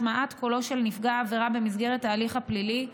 השמעת קולו של נפגע העבירה במסגרת ההליך הפלילי,